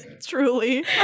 Truly